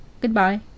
Goodbye